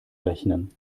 rechnen